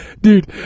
dude